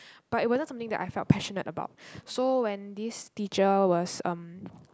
but it wasn't something that I felt passionate about so when this teacher was um